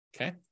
Okay